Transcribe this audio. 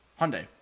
Hyundai